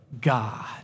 God